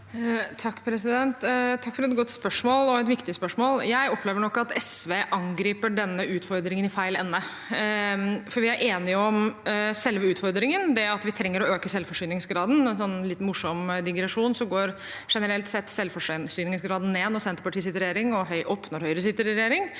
Takk for et godt og viktig spørsmål. Jeg opplever nok at SV angriper denne utfordringen i feil ende, for vi er enige om selve utfordringen, det at vi trenger å øke selvforsyningsgraden. Som en morsom digresjon: Generelt sett går selvforsyningsgraden ned når Senterpartiet sitter i regjering, og opp når Høyre sitter i regjering